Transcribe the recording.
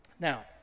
Now